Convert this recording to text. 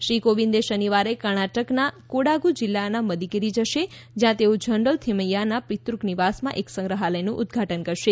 શ્રી કોવિંદે શનિવારે કર્ણાટકના કોડાગુ જિલ્લાના મદિકેરી જશે જ્યાં તેઓ જનરલ થિમય્યાના પિતૃક નિવાસમાં એક સંગ્રહાલયનું ઉદઘાટન કરશે